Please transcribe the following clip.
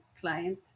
client